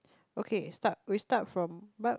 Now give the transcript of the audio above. okay start we start from